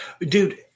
dude